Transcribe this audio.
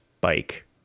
bike